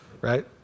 right